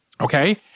Okay